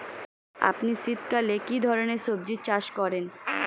আপনি শীতকালে কী ধরনের সবজী চাষ করেন?